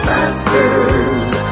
Masters